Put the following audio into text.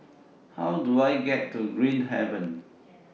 How Do I get to Green Haven